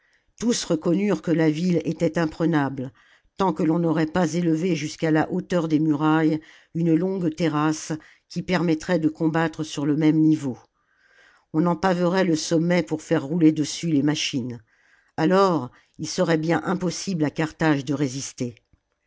tous reconnurent que la ville était imprenable tant que l'on n'aurait pas élevé jusqu'à la hauteur des murailles une longue terrasse qui permettrait de combattre sur le même niveau on en paverait le sommet pour faire rouler dessus les machines alors il serait bien impossible à carthage de résister